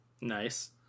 Nice